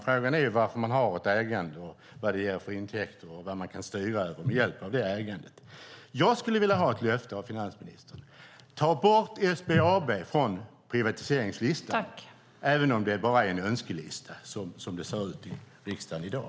Frågan är varför man har ett ägande, vad det ger för intäkter och vad man kan styra med hjälp av det ägandet. Jag skulle vilja ha ett löfte av finansmarknadsministern: Ta bort SBAB från privatiseringslistan, även om det bara är en önskelista som det ser ut i riksdagen i dag.